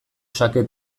xake